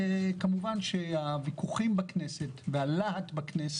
כמובן שהוויכוחים בכנסת והלהט בכנס